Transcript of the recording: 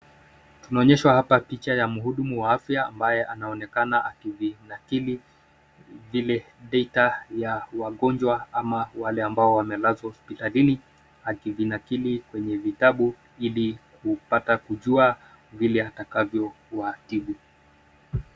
Tunaonyeshwa hapa picha ya mhudumu wa afya ambaye anaonekana akivinakili vile cs[data]cs ya wagonjwa ama wale ambao wamelazwa hospitalini, akivinakili kwenye vitabu ili kupata kujua vile atakavyo watibu.